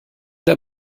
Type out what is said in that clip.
der